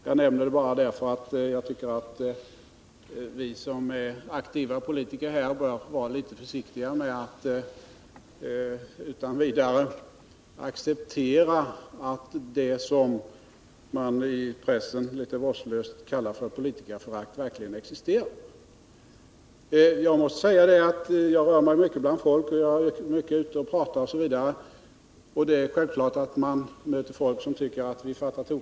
Jag nämner detta därför att jag tycker att vi som är aktiva politiker bör vara litet försiktigare med att utan vidare acceptera att det som man i pressen litet vårdslöst kallar för politikerförakt verkligen existerar. Jag måste säga att jag rör mig mycket bland människor och att jag är mycket ute och talar osv. Sjä fattar tokiga beslut här i riks vfallet möter jag människor som tycker att vi agen.